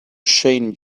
shane